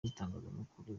n’itangazamakuru